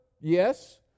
Yes